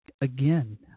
again